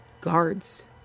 guards